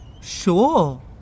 Sure